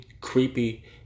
creepy